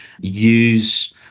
use